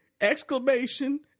Exclamation